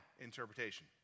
interpretation